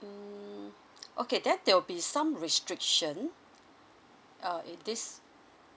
mm okay then there will be some restriction uh in this